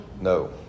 No